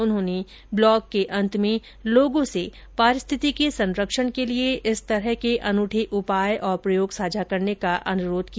उन्होंने ब्लॉग के अंत में लोगों से पारिस्थितिकी के संरक्षण के लिए इस तरह के अनूठे उपाय और प्रयोग साझा करने का अनुरोध किया